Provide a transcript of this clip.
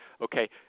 Okay